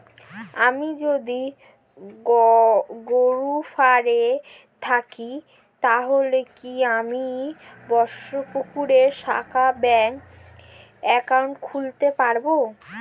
আমি যদি গরফায়ে থাকি তাহলে কি আমি বোসপুকুরের শাখায় ব্যঙ্ক একাউন্ট খুলতে পারবো?